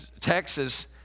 Texas